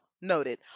Noted